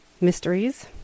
mysteries